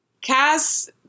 Cass